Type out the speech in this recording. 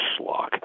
schlock